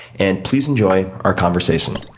and please enjoy our conversation.